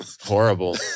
horrible